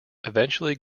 eventually